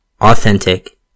authentic